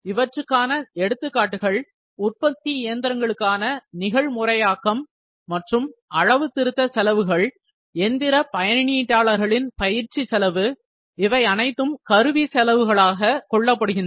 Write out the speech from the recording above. இவற்றுக்கான எடுத்துக்காட்டுகள் உற்பத்தி இயந்திரங்களுக்கான நிகழ்முறையாக்கம் மற்றும் அளவு திருத்த செலவுகள் எந்திர பயனீட்டாளர்களின் பயிற்சி செலவு இவை அனைத்தும் கருவி செலவுகளாக கொள்ளப்படுகின்றன